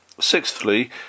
Sixthly